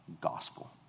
Gospel